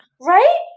right